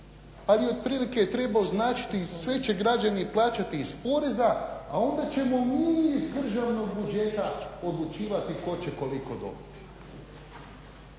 ali otprilike treba označiti i sve će građani plaćati iz poreza a onda ćemo mi iz državnog budžeta odlučivati tko će koliko dobiti.